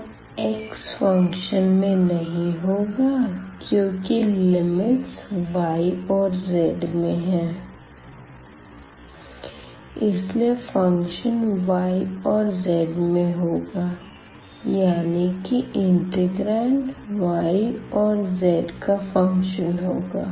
अब x function में नहीं होगा क्योंकि लिमिट्स y और z में है इसलिए फंक्शन y और z में होगा यानी कि इंटिग्रांड y और z का फंक्शन होगा